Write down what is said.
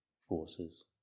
forces